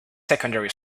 secondary